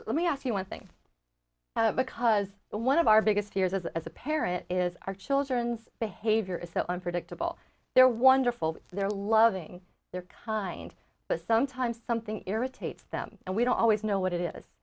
let me ask you one thing because one of our biggest fears as a parent is our children's behavior is so unpredictable they're wonderful they're loving they're kind but sometimes something irritates them and we don't always know what it is